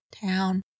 Town